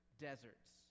deserts